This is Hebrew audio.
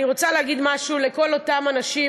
אני רוצה להגיד משהו לכל אותם אנשים,